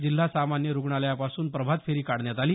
जिल्हा सामान्य रुग्णालयापासून प्रभातफेरी काढण्यात आली